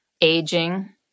aging